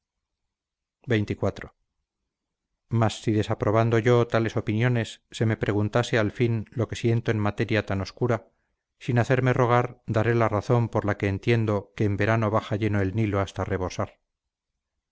xxiv mas si desaprobando yo tales opiniones se me preguntare al fin lo que siento en materia tan oscura sin hacerme rogar daré la razón por la que entiendo que en verano baja lleno el nilo hasta rebosar